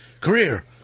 career